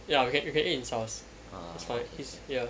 ya we can we can eat in his house it's fine he's ya